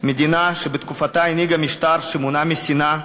מדינה שבתקופתה הנהיגה משטר שמונע משנאה,